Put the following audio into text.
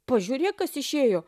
pažiūrėk kas išėjo